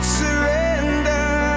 surrender